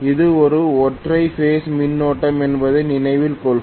இது ஒரு ஒற்றை பேஸ் மின்னோட்டம் என்பதை நினைவில் கொள்க